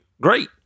great